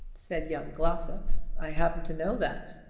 said young glossop. i happen to know that.